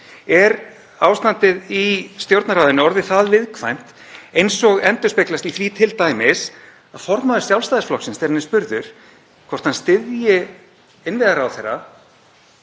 Er ástandið í Stjórnarráðinu orðið það viðkvæmt, eins og endurspeglast í því t.d. að formaður Sjálfstæðisflokksins, þegar hann er spurður hvort hann styðji innviðaráðherra,